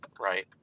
right